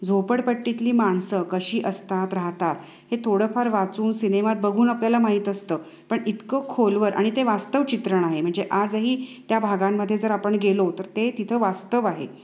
झोपडपट्टीतली माणसं कशी असतात राहतात हे थोडंफार वाचून सिनेमात बघून आपल्याला माहीत असतं पण इतकं खोलवर आणि ते वास्तव चित्रण आहे म्हणजे आजही त्या भागांमध्ये जर आपण गेलो तर ते तिथं वास्तव आहे